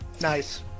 Nice